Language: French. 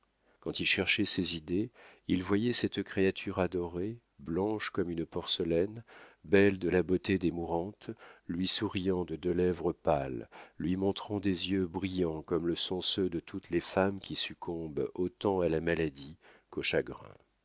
quand il cherchait ses idées il voyait cette créature adorée blanche comme une porcelaine belle de la beauté des mourantes lui souriant de deux lèvres pâles lui montrant des yeux brillants comme le sont ceux de toutes les femmes qui succombent autant à la maladie qu'au chagrin